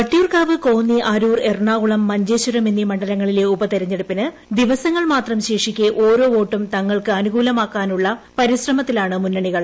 വട്ടിയൂർക്കാവ് കോന്നി അരൂർ എറണാകുളം മഞ്ചേശ്വരം എന്നീ മണ്ഡലങ്ങളിലെ ഉപതിരഞ്ഞെടുപ്പിന് ദിവസങ്ങൾ മാത്രം ശേഷിക്കെ ഓരോ വോട്ടും തങ്ങൾക്ക് അനുകൂലമാക്കാനുള്ള പരിശ്രമത്തിലാണ് മുന്നണികൾ